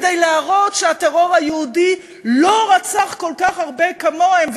כדי להראות שהטרור היהודי לא רצח כל כך הרבה כמוהם,